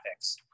graphics